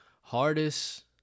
hardest